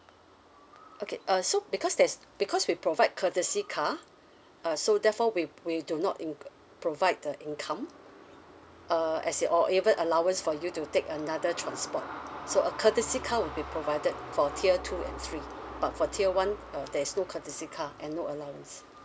okay uh so because there's because we provide courtesy car uh so therefore we we do not inc~ provide the income uh as in or even allowance for you to take another transport so a courtesy car will be provided for tier two and three but for tier one uh there is no courtesy car and no allowance